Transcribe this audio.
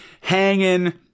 hanging